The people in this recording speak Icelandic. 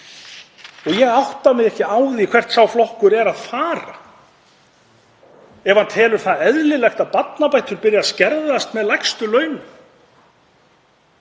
Ég átta mig ekki á því hvert sá flokkur er að fara ef hann telur það eðlilegt að barnabætur byrji að skerðast með lægstu launum.